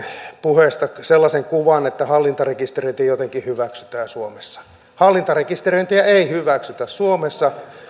puheesta sai sellaisen kuvan että hallintarekisteröinti jotenkin hyväksytään suomessa hallintarekisteröintiä ei hyväksytä suomessa